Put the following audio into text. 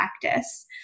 practice